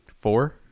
Four